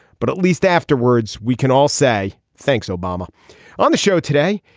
but at least afterwards we can all say thanks obama on the show today.